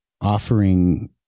offering